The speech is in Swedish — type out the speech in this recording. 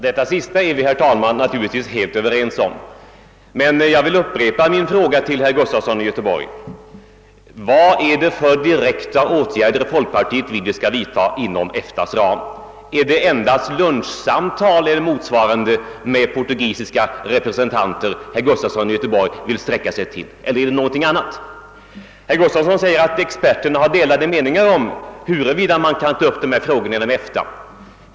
Herr talman! Vi är naturligtvis överens om det sista som herr Gustafson i Göteborg sade, men jag vill upprepa min fråga: Vilka direkta åtgärder vill folkpartiet att vi skall vidta inom EFTA:s ram? Är det endast lunchsamtal eller liknande med portugisiska representanter som herr Gustafson vill sträcka sig till eller är det någonting annat? Herr Gustafson sade att experterna har delade meningar om huruvida man kan ta upp dessa frågor inom EFTA.